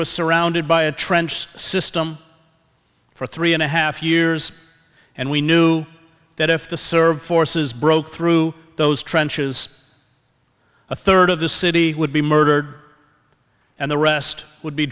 was surrounded by a trench system for three and a half years and we knew that if the server forces broke through those trenches a third of the city would be murdered and the rest would be